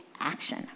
action